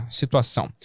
situação